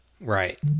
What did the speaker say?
Right